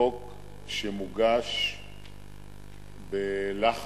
חוק שמוגש בלחץ